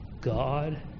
God